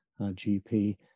GP